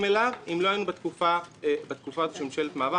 אליו אם לא היינו בתקופה הזו של ממשלת מעבר.